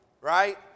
Right